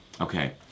Okay